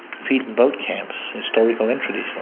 feet in both camps, historical and traditional,